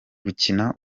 gukina